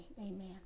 amen